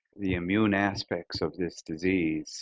the immune aspects of this disease